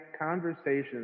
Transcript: conversations